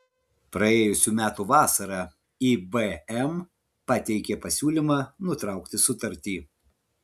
praėjusių metų vasarą ibm pateikė pasiūlymą nutraukti sutartį